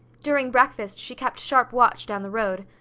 during breakfast she kept sharp watch down the road.